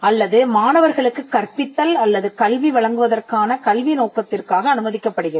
அல்லது மாணவர்களுக்குக் கற்பித்தல் அல்லது கல்வி வழங்குவதற்கான கல்வி நோக்கத்திற்காக அனுமதிக்கப்படுகிறது